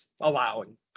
allowing